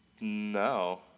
No